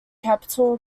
capitol